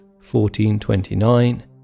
1429